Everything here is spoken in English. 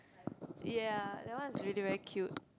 ya that one is really very cute